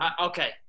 okay